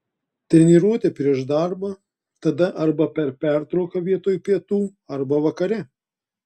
treniruotė prieš darbą tada arba per pertrauką vietoj pietų arba vakare